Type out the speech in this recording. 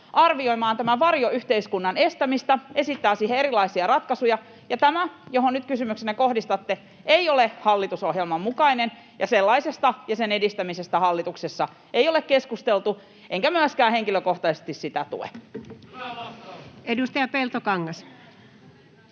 arvioimaan tämän varjoyhteiskunnan estämistä, esittää siihen erilaisia ratkaisuja. Tämä, johon nyt kysymyksenne kohdistatte, ei ole hallitusohjelman mukainen, ja sellaisesta ja sen edistämisestä hallituksessa ei ole keskusteltu, enkä myöskään henkilökohtaisesti sitä tue. [Speech 208]